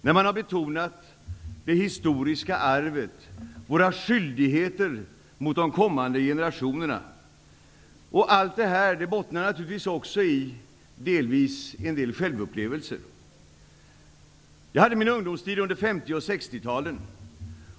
De har betonat det historiska arvet och våra skyldigheter gentemot de kommande generationerna. Allt detta bottnar naturligtvis också delvis i en del egna upplevelser. Under 50 och 60-talet hade jag min ungdomstid.